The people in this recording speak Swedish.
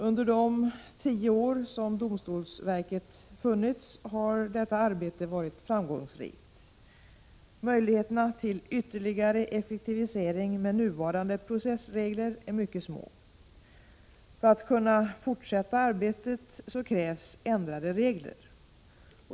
Under de tio år som domstolsverket har funnits har detta arbete varit framgångsrikt. Möjligheterna till ytterligare effektivisering är mycket små med nuvarande processregler. För att arbetet skall kunna fortsätta krävs ändrade regler.